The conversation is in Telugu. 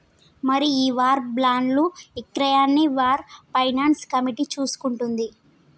మరి ఈ వార్ బాండ్లు ఇక్రయాన్ని వార్ ఫైనాన్స్ కమిటీ చూసుకుంటుంది